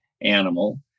animal